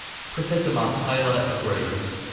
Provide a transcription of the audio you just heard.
professor mark taylor agrees.